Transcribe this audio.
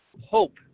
hope